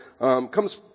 Comes